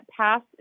passed